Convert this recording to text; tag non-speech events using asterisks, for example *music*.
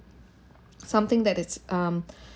something that it's um *breath*